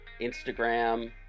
Instagram